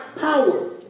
power